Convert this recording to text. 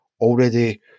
already